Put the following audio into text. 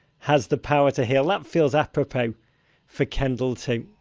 has the power to heal. that feels apropos for kendall too.